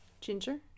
ginger